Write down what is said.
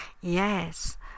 Yes